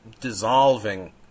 Dissolving